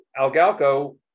Algalco